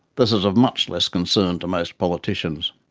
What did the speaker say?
this is of much less concern to most politicians.